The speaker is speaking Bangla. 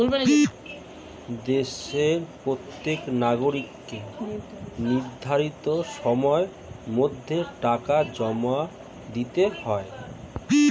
দেশের প্রত্যেক নাগরিককে নির্ধারিত সময়ের মধ্যে টাকা জমা দিতে হয়